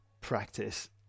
practice